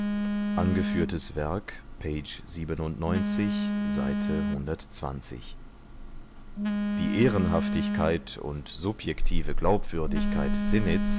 angeführt werk die ehrenhaftigkeit und subjektive glaubwürdigkeit